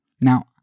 Now